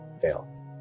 fail